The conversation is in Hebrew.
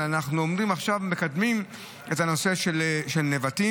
אלא אנחנו עומדים עכשיו ומקדמים את הנושא של נבטים,